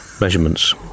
measurements